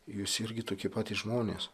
jūs irgi tokie patys žmonės